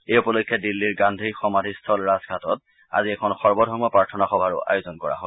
এই উপলক্ষে দিল্লীৰ গান্ধীৰ সমাধিস্থল ৰাজঘাটত আজি এখন সৰ্বধৰ্ম প্ৰাৰ্থনা সভাৰো আয়োজন কৰা হয়